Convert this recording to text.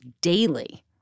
daily